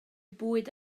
bwyd